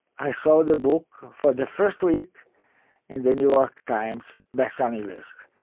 i saw the book for the first week in the new york times bestselling list.